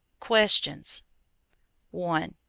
questions one.